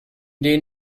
dem